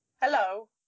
hello